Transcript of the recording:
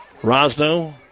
Rosno